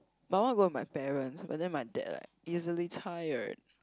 but I want to go with my parents but then my dad like easily tired